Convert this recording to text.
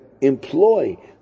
employ